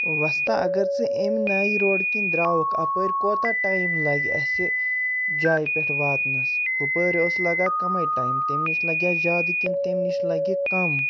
وۄستہٕ اگر ژٕ اَمہِ نیہِ روڈٕ کِنۍ درٛاوُکھ اَپٲرۍ کوتاہ ٹایِم لَگہِ اَسہِ جایہِ پٮ۪ٹھ واتنَس ہُپٲرۍ اوس لَگان کَمٕے ٹایِم تمہِ نِش لَگہِ ہا زیادٕ کِنہٕ تمہِ نِش لَگہِ کَم